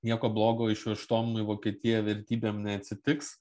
nieko blogo išvežtom į vokietiją vertybėm neatsitiks